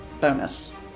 bonus